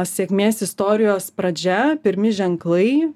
sėkmės istorijos pradžia pirmi ženklai